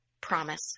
promise